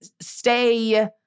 stay